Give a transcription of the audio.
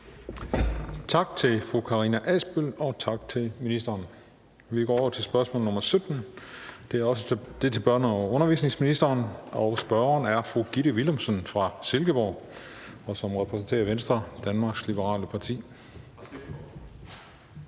Tak til fru Karina Adsbøl, og tak til ministeren. Vi går over til spørgsmål nr. 17. Det er til børne- og undervisningsministeren, og spørgeren er fru Gitte Willumsen fra Silkeborg, som repræsenterer Venstre, Danmarks Liberale Parti.